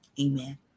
Amen